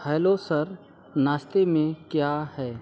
hello sir नाश्ते में क्या है